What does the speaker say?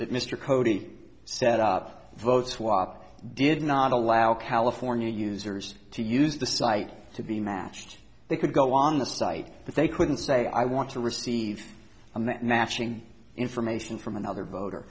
that mr codey set up vote swap did not allow california users to use the site to be matched they could go on the site but they couldn't say i want to receive and that matching information from another voter